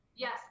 Yes